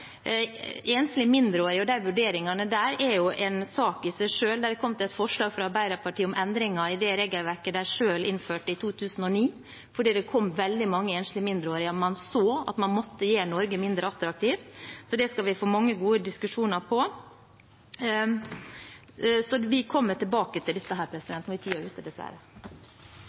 Enslige mindreårige og de vurderingene der er jo en sak i seg selv. Det er kommet et forslag fra Arbeiderpartiet om endringer i det regelverket de selv innførte i 2009, fordi det kom veldig mange enslige mindreårige, og man så at man måtte gjøre Norge mindre attraktiv. Det skal vi få mange gode diskusjoner på. Så vi kommer tilbake til dette. Nå er tiden ute, dessverre. Jeg vil også takke for spørsmål og